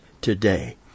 today